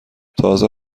تازه